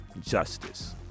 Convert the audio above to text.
justice